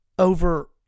over